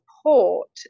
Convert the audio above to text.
support